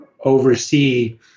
oversee